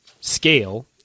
scale